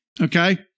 Okay